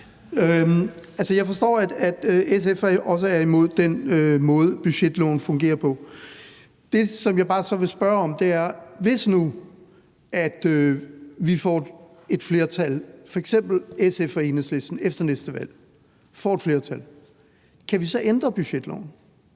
Jeg forstår, at SF også er imod den måde, budgetloven fungerer på. Det, som jeg så bare vil spørge om, er: Hvis nu vi får et flertal, f.eks. med SF og Enhedslisten, efter næste valg, kan vi så ændre budgetloven?